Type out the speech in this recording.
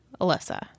Alyssa